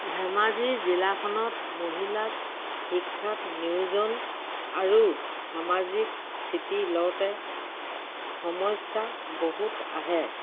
ধেমাজি জিলাখনত মহিলাক শিক্ষাত নিয়োজন আৰু সামাজিক স্থিতি লওঁতে সমস্যা বহুত আহে